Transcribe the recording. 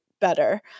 better